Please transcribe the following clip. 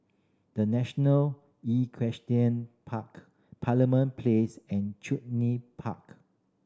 The National Equestrian Park Parliament Place and Chuny Park